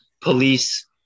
police